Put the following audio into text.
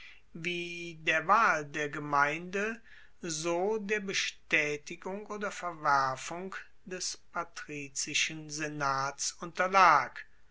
wie der wahl der gemeinde so der bestaetigung oder verwerfung des patrizischen senats unterlag